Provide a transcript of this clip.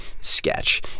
sketch